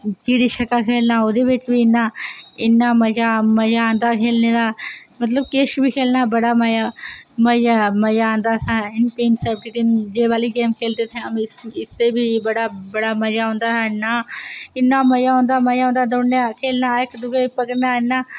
चिड़ी छिक्का खेल्लना ओह्दे बिच बी इन्ना मज़ा आंदा खेल्लनै दा मतलब किश बी खेल्लना बड़ा मज़ा मज़ा मज़ा आंदा यह वाली गेम खेलते थे हम इस दे बी बड़ा मज़ा आंदा हा इन्ना इन्ना मज़ा औंदा मज़ा औंदा दौड़ने दा खेल्लना इक्क दूऐ गी पकड़ना इन्ना